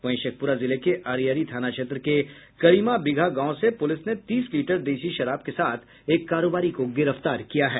वहीं शेखपुरा जिले के अरियरी थाना क्षेत्र के करीमाबिघा गांव से पुलिस ने तीस लीटर देशी शराब के साथ एक कारोबारी को गिरफ्तार किया है